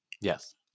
Yes